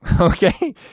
Okay